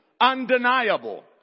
undeniable